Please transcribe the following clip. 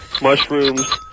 mushrooms